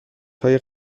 های